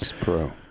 Pro